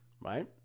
right